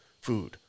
food